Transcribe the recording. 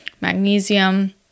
magnesium